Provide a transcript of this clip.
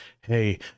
hey